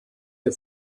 der